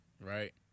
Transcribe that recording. right